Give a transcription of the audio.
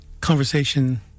Conversation